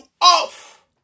off